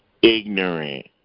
ignorant